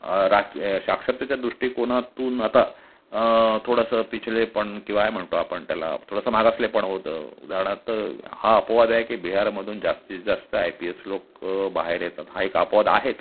राज साक्षरतेच्या दृष्टीकोनातून आता थोडंसं पिछलेपण किंवा हे म्हणतो त्याला थोडंसं मागासलेपण होतं उदाहरणार्थ हा अपवाद आहे की बिहारमधून जास्तीत जास्त आय पी एस लोकं बाहेर येतात हा एक अपवाद आहेच